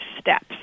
steps